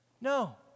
No